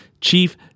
Chief